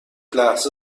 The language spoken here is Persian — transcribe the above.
لحظه